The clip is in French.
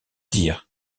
dire